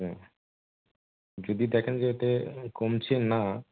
হুম যদি দেখেন যে এতে কমছে না